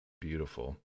beautiful